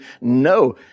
No